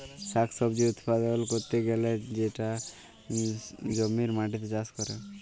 শাক সবজি উৎপাদল ক্যরতে গ্যালে সেটা জমির মাটিতে চাষ ক্যরে